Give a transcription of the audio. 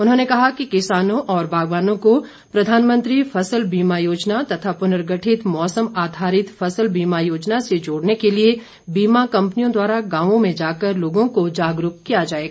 उन्होंने कहा कि किसानों और बागवानों को प्रधानमंत्री फसल बीमा योजना तथा पुर्नगठित मौसम आधारित फसल बीमा योजना से जोड़ने के लिए बीमा कम्पनियों द्वारा गांवों में जाकर लोगों को जागरूक किया जाएगा